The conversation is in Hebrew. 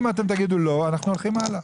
אם אתם תגידו לא, אנחנו הולכים הלאה.